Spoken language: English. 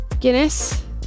Guinness